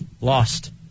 Lost